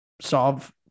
solve